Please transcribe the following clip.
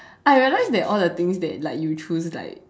I realized all the things that like you choose like